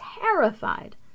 terrified